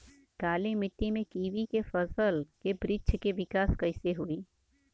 काली मिट्टी में कीवी के फल के बृछ के विकास कइसे होई?